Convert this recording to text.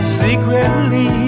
secretly